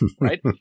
right